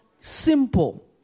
Simple